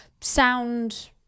sound